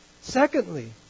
Secondly